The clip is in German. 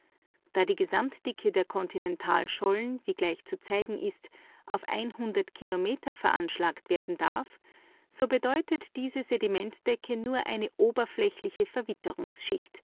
da die gesamtdicke der kontinentalschollen aber wie gleich zu zeigen ist auf kilometer veranschlagt werden darf so bedeutet diese sedimentdecke nur eine oberflächliche